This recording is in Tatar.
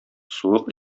суык